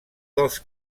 dels